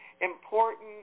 important